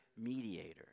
mediator